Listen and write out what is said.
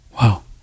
Wow